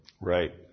Right